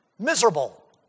Miserable